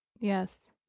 Yes